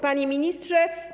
Panie Ministrze!